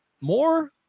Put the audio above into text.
More